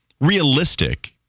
realistic